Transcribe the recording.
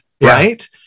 right